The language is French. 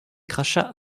crachats